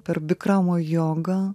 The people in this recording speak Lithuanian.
per bikramo jogą